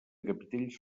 capitells